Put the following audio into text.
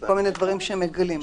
וכל מיני דברים שהם מגלים.